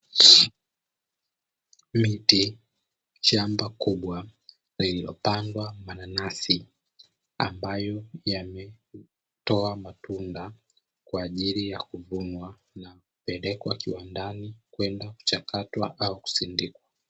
Miti, shamba kubwa lililopandwa mananasi, ambayo yametoa matunda kwaajili ya kuvunwa na kupelekwa kiwandani kwenda kuchakatwa au kusindikwa.